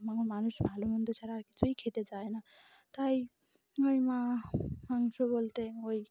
মা মানুষ ভালো মন্দ ছাড়া আর কিছুই খেতে চায় না তাই ওই মা মাংস বলতে ওই